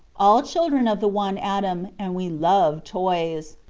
all children of the one adam, and we love toys.